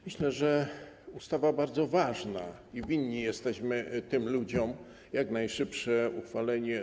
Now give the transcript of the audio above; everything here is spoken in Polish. Myślę, że ustawa jest bardzo ważna i winni jesteśmy tym ludziom jak najszybsze jej uchwalenie.